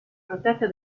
protetta